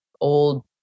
old